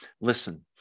Listen